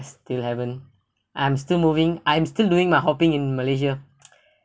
still haven't I'm still moving I'm still doing my hoping in malaysia